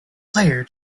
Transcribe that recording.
player